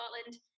Scotland